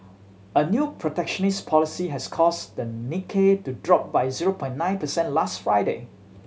a new protectionist policy has caused the Nikkei to drop by zero point nine percent last Friday